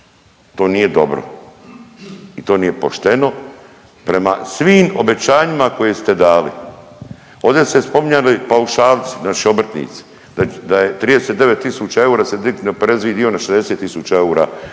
To nije dobro i to nije pošteno prema svim obećanjima koje ste dali. Ovdje su se spominjali paušalci, naši obrtnici da je 39000 eura se digo neoporezivi dio na 60 000 eura.